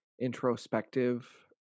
introspective